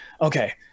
Okay